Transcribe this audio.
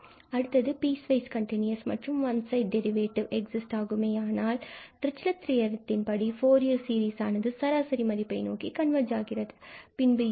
அடுத்தது piecewise continuous மற்றும் one side derivative exist ஆகுமே ஆனால் டிருச்சிலட் தேற்றம் படி ஃபூரியர் சீரிஸ் ஆனது சராசரி மதிப்பை நோக்கி கண்வர்ஜ் ஆகிறது